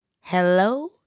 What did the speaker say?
Hello